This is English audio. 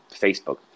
facebook